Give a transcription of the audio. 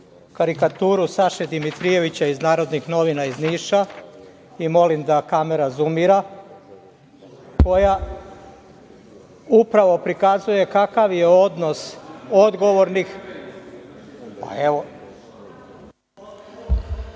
karikaturu Saše Dimitrijevića iz "Narodnih novina" iz Niša, molim da kamera zumira, koja upravo prikazuje kakav je odnos odgovornih prema ovom